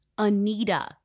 Anita